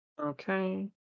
Okay